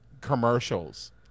commercials